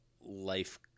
life